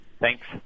Thanks